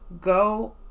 Go